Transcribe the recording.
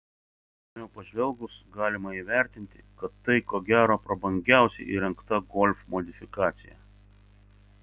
įdėmiau pažvelgus galima įvertinti kad tai ko gero prabangiausiai įrengta golf modifikacija